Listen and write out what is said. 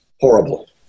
horrible